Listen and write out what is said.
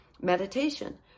meditation